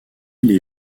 les